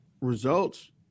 results